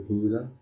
Buddha